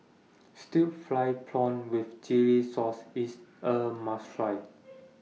Stir Fried Prawn with Chili Sauce IS A must Try